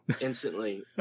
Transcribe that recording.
Instantly